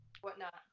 whatnot